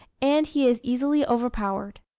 and he is easily overpowered.